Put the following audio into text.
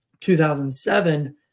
2007